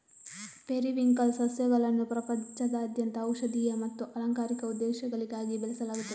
periwinkle ಸಸ್ಯಗಳನ್ನು ಪ್ರಪಂಚದಾದ್ಯಂತ ಔಷಧೀಯ ಮತ್ತು ಅಲಂಕಾರಿಕ ಉದ್ದೇಶಗಳಿಗಾಗಿ ಬೆಳೆಸಲಾಗುತ್ತದೆ